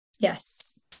Yes